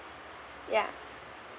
yeah